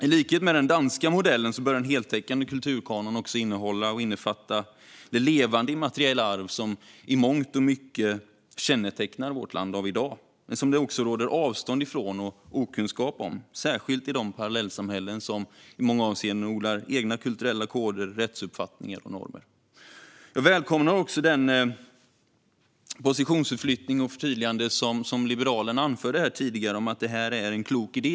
I likhet med den danska modellen bör en heltäckande kulturkanon också innehålla det levande immateriella arv som i mångt och mycket kännetecknar vårt land av i dag men som det finns ett avstånd till och okunskap om, särskilt i de parallellsamhällen som i många avseenden odlar egna kulturella koder, rättsuppfattningar och normer. Jag välkomnar den positionsförflyttning och det förtydligande som Liberalerna tidigare gjorde här, om att detta i grunden är en klok idé.